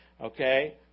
okay